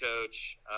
coach